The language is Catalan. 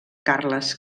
carles